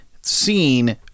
seen